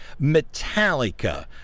Metallica